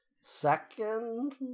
second